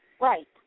Right